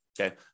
okay